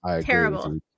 Terrible